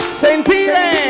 sentire